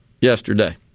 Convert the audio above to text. yesterday